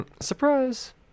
surprise